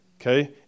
Okay